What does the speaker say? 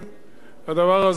מאז קיבלנו את התורה.